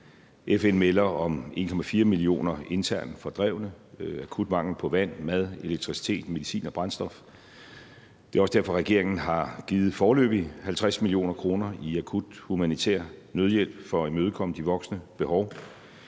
FN melder om 1,4 millioner internt fordrevne, akut mangel på vand, mad, elektricitet, medicin og brændstof. Det er også derfor, regeringen foreløbig har givet 50 mio. kr. i akut humanitær nødhjælp, for at imødekomme de voksende behov.